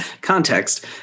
context